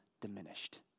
diminished